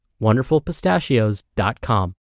wonderfulpistachios.com